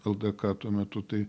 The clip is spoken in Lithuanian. ldk tuo metu tai